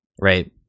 right